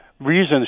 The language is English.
reasons